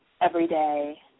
everyday